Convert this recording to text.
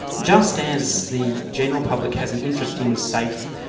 just as the general public has an interest in safe,